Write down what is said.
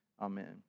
Amen